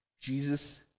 Jesus